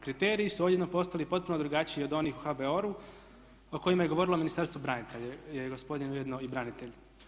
Kriteriji su odjednom postali potpuno drugačiji od onih u HBOR-u, o kojima je govorilo Ministarstvo branitelja jer je gospodin ujedno i branitelj.